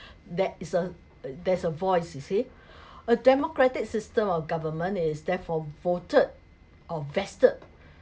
that is uh uh there's a voice you see a democratic system of government is therefore voted or vested